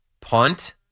punt